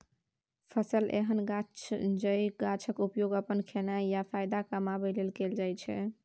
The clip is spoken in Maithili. फसल एहन गाछ जाहि गाछक उपयोग अपन खेनाइ या फाएदा कमाबै लेल कएल जाइत छै